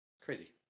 Crazy